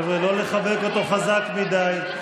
חבר'ה, לא לחבק אותו חזק מדי.